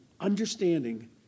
understanding